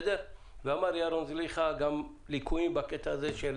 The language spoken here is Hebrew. ודיבר ירון זליכה על הליקויים בקטע הזה של